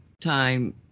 time